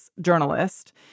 journalist